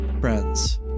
friends